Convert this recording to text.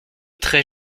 très